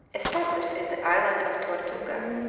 established in the island of tortuga,